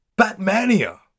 Batmania